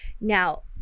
Now